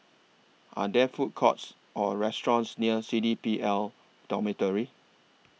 Are There Food Courts Or restaurants near C D P L Dormitory